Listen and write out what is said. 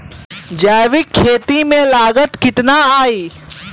जैविक खेती में लागत कितना आई?